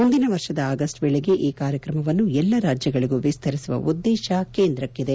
ಮುಂದಿನ ವರ್ಷದ ಆಗಸ್ಟ್ ವೇಳೆಗೆ ಈ ಕಾರ್ಯಕ್ರಮವನ್ನು ಎಲ್ಲಾ ರಾಜ್ಯಗಳಿಗೂ ವಿಸ್ತರಿಸುವ ಉದ್ಗೇತ ಕೇಂದ್ರಕ್ಕಿದೆ